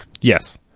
Yes